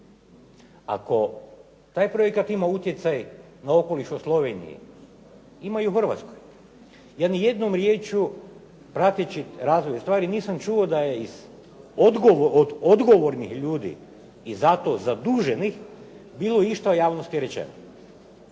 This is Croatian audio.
Ako taj projekt ima utjecaj na okoliš u Sloveniji, ima i u Hrvatskoj. Ja ni jednom riječju prateći razvoj ustvari nisam čuo da je od odgovornih ljudi i za to zaduženih bilo išta u javnosti rečeno.